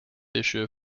issue